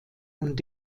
und